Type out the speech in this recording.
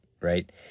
right